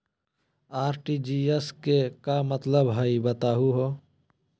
RTGS के का मतलब हई, बताहु हो?